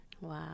Wow